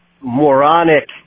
moronic